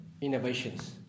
innovations